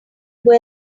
who